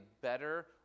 better